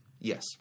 Yes